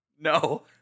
No